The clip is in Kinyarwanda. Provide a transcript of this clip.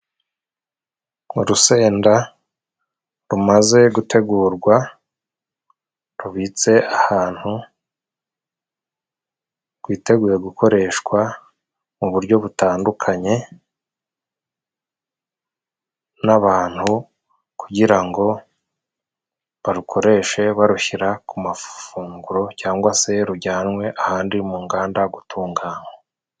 Urusenda rumaze gutegurwa rubitse ahantu, rwiteguye gukoreshwa mu buryo butandukanye n'abantu. Kugira ngo barukoreshe barushyira ku mafunguro, cyangwa se rujyanwe ahandi mu nganda gutunganywa.